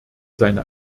seine